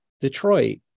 Detroit